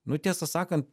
nu tiesą sakan